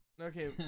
Okay